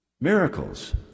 Miracles